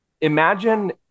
Imagine